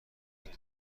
بلکه